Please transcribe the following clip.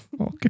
Okay